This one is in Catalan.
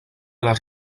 les